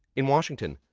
in washington,